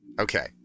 Okay